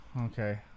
Okay